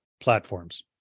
platforms